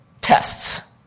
tests